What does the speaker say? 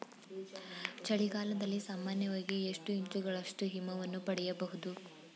ಚಳಿಗಾಲದಲ್ಲಿ ಸಾಮಾನ್ಯವಾಗಿ ಎಷ್ಟು ಇಂಚುಗಳಷ್ಟು ಹಿಮವನ್ನು ಪಡೆಯಬಹುದು?